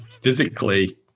physically